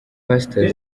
pastor